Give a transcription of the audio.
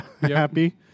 Happy